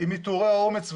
עם עיטורי האומץ והמופת,